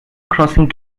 crossing